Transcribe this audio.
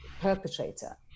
perpetrator